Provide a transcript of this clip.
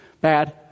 bad